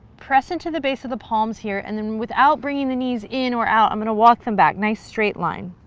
press into the base of the palms here and then without bringing the knees in or out i'm going to walk them back, nice straight line.